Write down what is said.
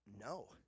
No